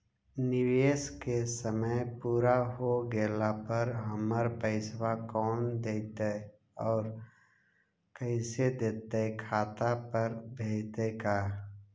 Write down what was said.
निवेश के समय पुरा हो गेला पर हमर पैसबा कोन देतै और कैसे देतै खाता पर भेजतै का?